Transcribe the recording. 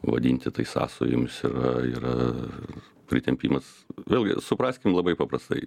vadinti tai sąsajomis yra yra pritempimas vėlgi supraskim labai paprastai